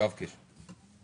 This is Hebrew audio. יואב קיש, בבקשה.